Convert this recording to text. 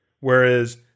Whereas